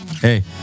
hey